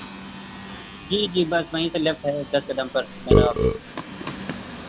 जी जी बस वहीं से लेफ्ट है दस कदम पर मेरा ऑफ़िस